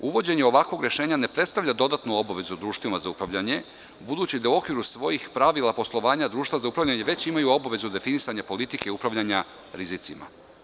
Uvođenje ovakvog rešenja ne predstavlja dodatnu obavezu društvima za upravljanje, budući da u okviru svojih pravila poslovanja društva za upravljanje već imaju obavezu definisanja politike upravljanja rizicima.